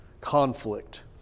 conflict